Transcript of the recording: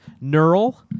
Neural